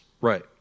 right